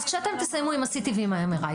אז כשאתם תסיימו עם ה-CT ועם ה-MRI,